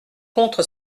contre